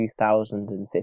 2015